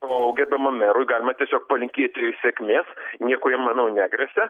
o gerbiamam merui galima tiesiog palinkėti sėkmės nieko jam manau negresia